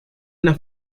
una